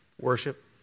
Worship